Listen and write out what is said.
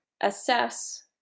assess